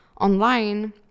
online